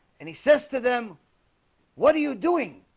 and he says to them what are you doing?